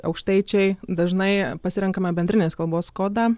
aukštaičiai dažnai pasirenkame bendrinės kalbos kodą